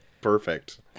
Perfect